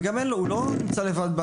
-- והוא גם לא נמצא לבד.